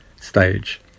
stage